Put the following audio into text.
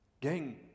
Gang